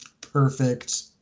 perfect